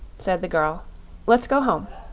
said the girl let's go home.